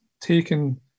taken